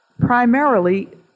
primarily